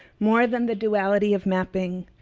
more than the duality of mapping,